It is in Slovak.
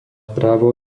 právo